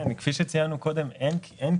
כן, כפי שציינו קודם, אין קצבאות